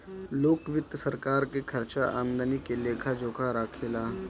लोक वित्त सरकार के खर्चा आमदनी के लेखा जोखा राखे ला